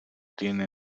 tiene